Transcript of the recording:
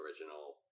original